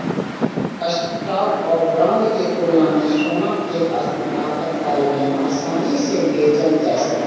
stock आ bond के तुलना मे सोना कें आपातकाल मे आसानी सं बेचल जा सकैए